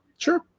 Sure